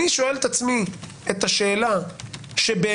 אני שואל את עצמי את השאלה שבעיני,